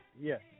yes